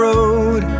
road